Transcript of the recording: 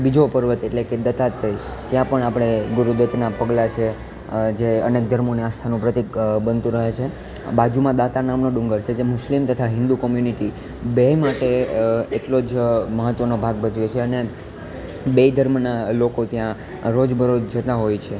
બીજો પર્વત એટલે કે દત્તાત્રેય ત્યાં પણ આપણે ગુરુદત્તનાં પગલાં છે જે અનેક ધર્મોની આસ્થાનું પ્રતિક બનતું રહે છે બાજુમાં દાંતા નામનો ડુંગર છે જે મુસ્લિમ તથા હિન્દુ કોમ્યુનિટી બેય માટે એટલો જ મહત્ત્વનો ભાગ ભજવે છે અને બેય ધર્મનાં લોકો ત્યાં રોજબરોજ જતાં હોય છે